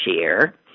share